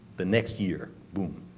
the next year boom.